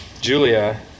Julia